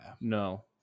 No